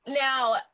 Now